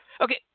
Okay